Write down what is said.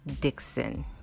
Dixon